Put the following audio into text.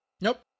Nope